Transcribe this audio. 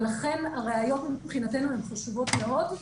ולכן הראיות מבחינתנו חשובות מאוד,